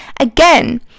Again